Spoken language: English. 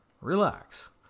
Relax